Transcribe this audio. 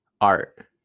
art